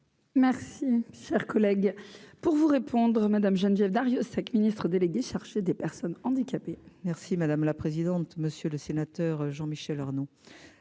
Merci, cher collègue, pour vous répondre Madame Geneviève Darrieussecq, ministre déléguée chargée des Personnes handicapées. Merci madame la présidente, monsieur le sénateur Jean Michel Arnaud.